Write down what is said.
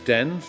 Den